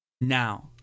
Now